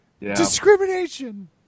discrimination